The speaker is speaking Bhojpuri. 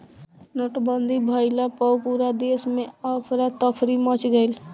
नोटबंदी भइला पअ पूरा देस में अफरा तफरी मच गईल